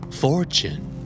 fortune